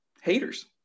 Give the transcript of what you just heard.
haters